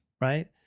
right